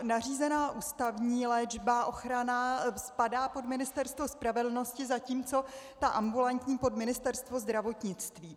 Nařízená ochranná ústavní léčba spadá pod Ministerstvo spravedlnosti, zatímco ambulantní pod Ministerstvo zdravotnictví.